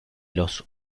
los